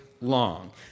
long